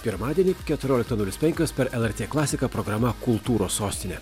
pirmadienį keturioliktą nulis penkios per lrt klasiką programa kultūros sostinė